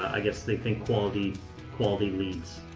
i guess they think quality quality leads.